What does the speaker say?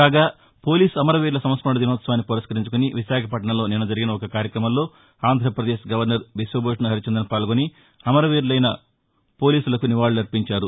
కాగా పోలీస్ అమరవీరుల సంస్కరణ దినోత్సవాన్ని పురస్కరించుకుని విశాఖపట్టణంలో నిన్న జరిగిన ఒక కార్యక్రమంలో ఆంధ్రపదేశ్ గవర్నర్ బిశ్వభూషణ్ హరిచందన్ పాల్గొని అమరవీరులైన పోలీసులకు నివాళులర్పించారు